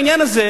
בעניין הזה,